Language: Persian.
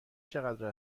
چقدر